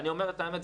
אני אומר את האמת,